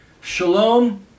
shalom